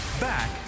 Back